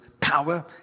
power